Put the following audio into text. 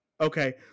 Okay